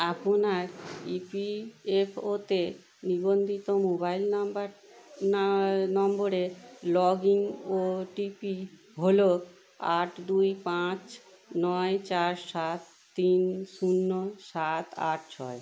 আপনার E P F ওতে নিবন্ধিত মোবাইল নম্বর না নম্বরের লগ ইন ওটিপি হলো আট দুই পাঁচ নয় চার সাত তিন শূন্য সাত আট ছয়